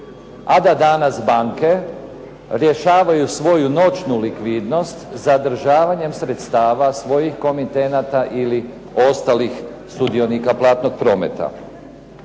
a da danas banke rješavaju svoju noćnu likvidnost zadržavanjem sredstava svojih komitenata ili ostalih sudionika platnog prometa.